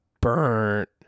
burnt